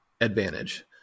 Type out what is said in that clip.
advantage